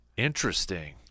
interesting